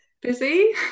busy